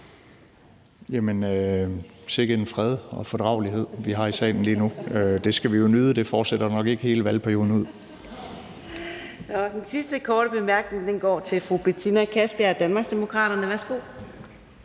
Jamen sikke en fred og fordragelighed vi har i salen lige nu. Det skal vi jo nyde. Det fortsætter nok ikke hele valgperioden ud.